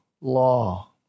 law